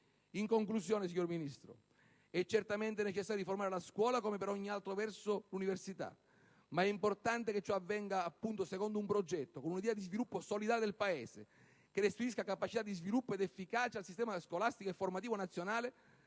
In conclusione, signora Ministro, è certamente necessario riformare la scuola, come per altro verso l'università, ma è importante che ciò avvenga appunto secondo un progetto, con un'idea di sviluppo solidale del Paese, che restituisca capacità di sviluppo ed efficacia al sistema scolastico e formativo nazionale